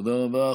תודה רבה.